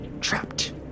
Trapped